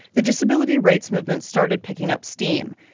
the disability rights movement started picking up steam.